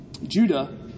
Judah